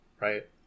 Right